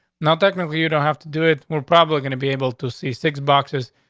not definitely. you don't have to do it. we're probably gonna be able to see six boxes,